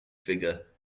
figure